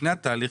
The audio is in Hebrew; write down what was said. לפני התהליך,